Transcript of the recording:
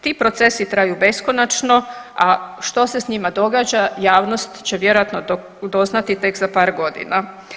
Ti procesi traju beskonačno, a što se s njima događa javnost će vjerojatno doznati tek za par godina.